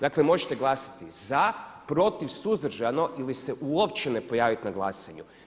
Dakle možete glasati za, protiv, suzdržano ili se uopće ne pojaviti na glasanju.